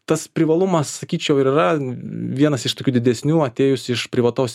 tas privalumas sakyčiau ir yra vienas iš tokių didesnių atėjus iš privataus